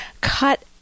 cut